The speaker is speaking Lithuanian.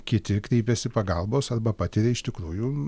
kiti kreipiasi pagalbos arba patiria iš tikrųjų